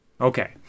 okay